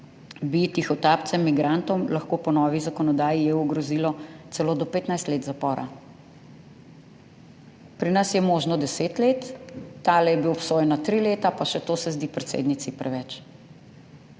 bi tihotapcem migrantov lahko po novi zakonodaji EU grozilo celo do 15 let zapora. Pri nas je možno 10 let. Tale je bil obsojen na 3 leta, pa še to se zdi predsednici preveč.